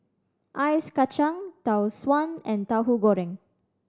ice kacang Tau Suan and Tauhu Goreng